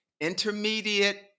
intermediate